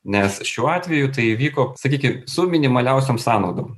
nes šiuo atveju tai įvyko sakykim su minimaliausiom sąnaudom